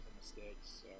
mistakes